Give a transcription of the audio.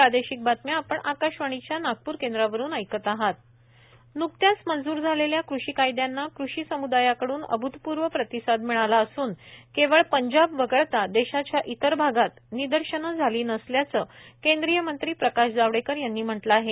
प्रकाश जावडेकर न्कत्याच मंजूर झालेल्या कृषी कायद्यांना कृषी सम्दायाकडून अभूतपूर्व प्रतिसाद मिळाला असून केवळ पंजाब वगळता देशाच्या इतर भागात निदर्शनं झाली नसल्याचं केंद्रीय मंत्री प्रकाश जावडेकर यांनी म्हटलं आहे